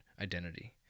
identity